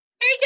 Hey